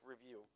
review